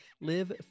live